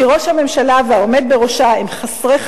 כי הממשלה והעומד בראשה הם חסרי חמלה.